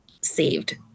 saved